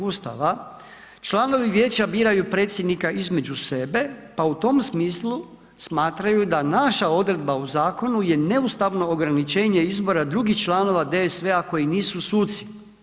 Ustava članovi vijeća biraju predsjednika između sebe, pa u tom smislu smatraju da naša odredba u zakonu je neustavno ograničenje izbora drugih članova DSV-a koji nisu suci.